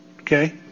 Okay